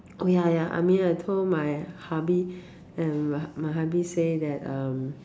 oh ya ya I mean I told my hubby and my my hubby say that um